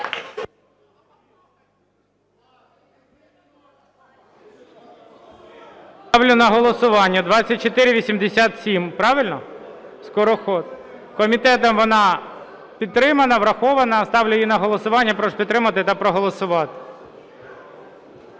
Ставлю на голосування 2487. Правильно? Скороход. Комітетом вона підтримана, врахована. Ставлю її на голосування. Прошу підтримати та проголосувати.